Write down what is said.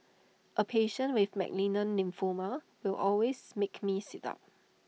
A patient with malignant lymphoma will always makes me sit up